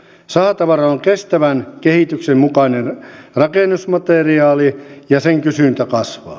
sahatavara on kestävän kehityksen mukainen rakennusmateriaali ja sen kysyntä kasvaa